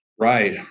Right